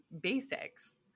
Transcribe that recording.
basics